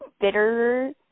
bitter